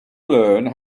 learn